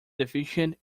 deficient